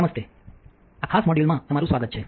નમસ્તે આ ખાસ મોડ્યુલમાં તમારું સ્વાગત છે